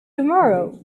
tomorrow